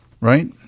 right